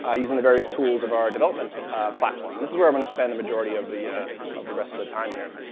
ah using the various tools of our development platform. this is where i'm going to spend the majority of the ah of the rest of the time here.